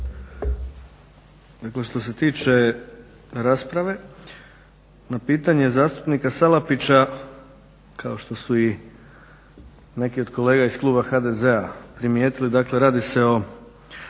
Dakle što se tiče rasprave, na pitanje zastupnika Salapića kao što su i neki od kolega iz kluba HDZ-a primijetili, dakle radi se o